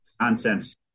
nonsense